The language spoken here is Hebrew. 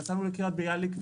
נסענו לקריית ביאליק,